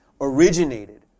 originated